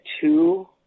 two